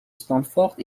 stanford